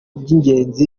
by’ingenzi